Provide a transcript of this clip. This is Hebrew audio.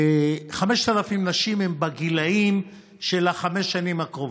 5,000 נשים הן בגילים של חמש השנים הקרובות.